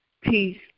peace